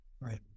Right